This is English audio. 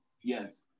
yes